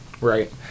right